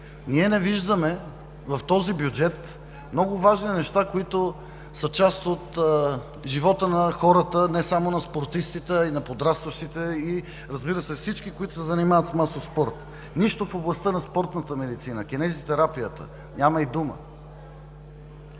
Ние не виждаме в този бюджет много важни неща, които са част от живота на хората, не само на спортистите, а и на подрастващите и, разбира се, всички, които се занимават с масов спорт. Нищо в областта на спортната медицина, кинезитерапията, няма и дума!